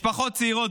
משפחות צעירות,